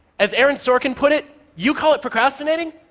as aaron sorkin put it, you call it procrastinating.